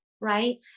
right